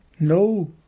No